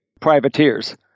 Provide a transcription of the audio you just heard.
privateers